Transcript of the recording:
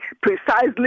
precisely